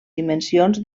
dimensions